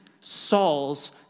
Saul's